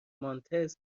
مانتس